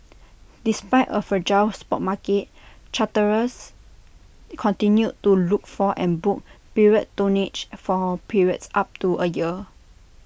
despite A fragile spot market charterers continued to look for and book period tonnage for periods up to A year